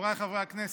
חבריי חברי הכנסת,